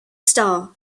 star